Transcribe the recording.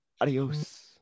Adios